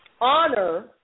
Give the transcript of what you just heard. honor